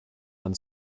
mann